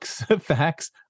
facts